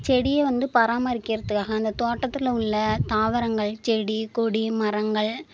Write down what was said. செடியை வந்து பராமரிக்கிறதுக்காக அந்த தோட்டத்தில் உள்ள தாவரங்கள் செடி கொடி மரங்கள்